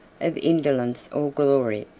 of indolence or glory,